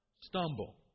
Stumble